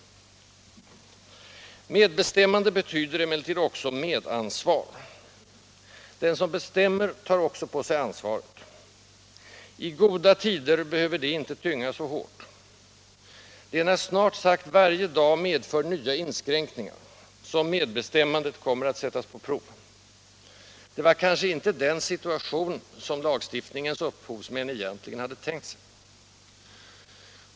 Arbetsdemokrati inom sjukvården Arbetsdemokrati inom sjukvården Medbestämmande betyder emellertid också medansvar. Den som bestämmer tar också på sig ansvaret. I goda tider behöver detta inte tynga så hårt. Det är när snart sagt varje dag medför nya inskränkningar som medbestämmandet kommer att sättas på prov. Det var kanske inte den situation lagstiftningens upphovsmän egentligen hade tänkt sig.